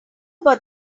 about